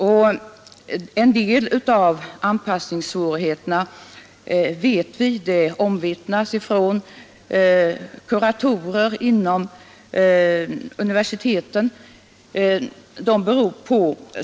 Vi vet att en del av anpassningssvårigheterna beror på språksvårigheter. Det är omvittnat av kuratorer vid universiteten.